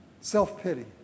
Self-pity